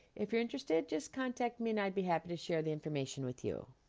if you're interested, just contact me and i'd be happy to share the information with you.